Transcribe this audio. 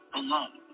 alone